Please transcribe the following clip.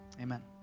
Amen